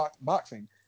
Boxing